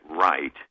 right